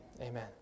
Amen